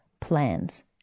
plans